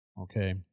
okay